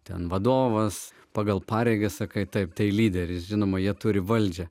ten vadovas pagal pareigas sakai taip tai lyderis žinoma jie turi valdžią